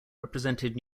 represented